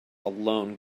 alone